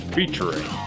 Featuring